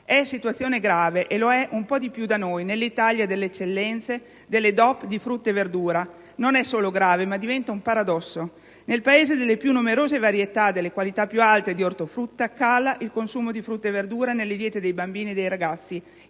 situazione grave e lo è un po' di più da noi: nell'Italia delle eccellenze, delle DOP di frutta e verdura, non è solo grave, ma diventa un paradosso. Nel Paese delle più numerose varietà e delle qualità più alte di ortofrutta cala il consumo di frutta e verdura nelle diete dei bambini e dei ragazzi,